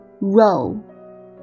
Row